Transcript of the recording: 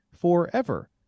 forever